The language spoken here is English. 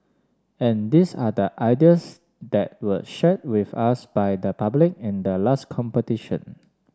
and these are the ideas that were shared with us by the public in the last competition